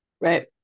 right